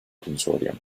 consortium